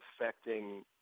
affecting